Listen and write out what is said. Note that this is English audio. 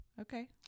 Okay